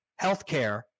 healthcare